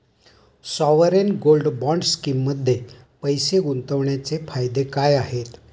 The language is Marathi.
सॉवरेन गोल्ड बॉण्ड स्कीममध्ये पैसे गुंतवण्याचे फायदे काय आहेत?